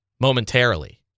momentarily